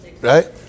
right